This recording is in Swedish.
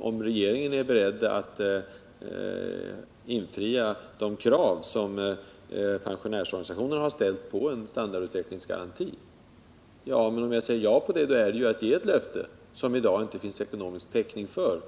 om regeringen är beredd att infria de krav som pensionärernas organisationer har ställt på en standardutvecklingsgaranti. Men om jag svarar ja, är det ju att ge ett löfte som det i dag inte finns ekonomisk täckning för.